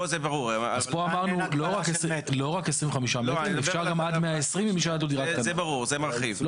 זה ברור, זה מרחיב.